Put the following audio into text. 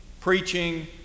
preaching